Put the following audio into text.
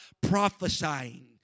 prophesying